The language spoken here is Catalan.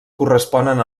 corresponen